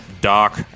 Doc